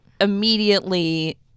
immediately